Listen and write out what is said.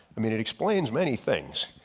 i mean it explains many things.